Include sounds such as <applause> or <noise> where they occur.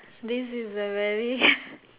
this is a very <breath>